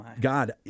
God